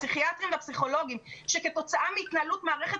הפסיכיאטרים והפסיכולוגים מהתנהלות מערכת